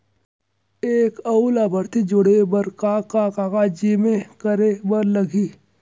एक अऊ लाभार्थी जोड़े बर का का कागज जेमा करे बर लागही?